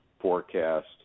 forecast